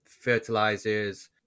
fertilizers